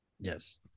Yes